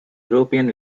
european